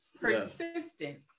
persistent